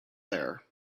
there